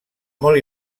molt